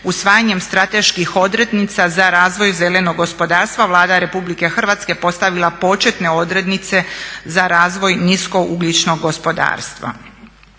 usvajanjem strateških odrednica za razvoj zelenog gospodarstva Vlada Republike Hrvatske postavila početne odrednice za razvoj niskougljičnog gospodarstva.